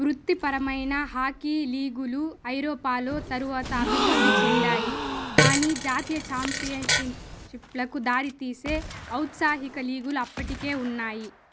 వృత్తిపరమైన హాకీ లీగులు ఐరోపాలో తరువాత అభివృద్ధి చెందాయి కానీ జాతీయ ఛాంపియన్షిప్ షిప్లకు దారితీసే ఔత్సాహిక లీగులు అప్పటికే ఉన్నాయి